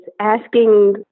asking